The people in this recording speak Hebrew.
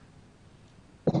אין.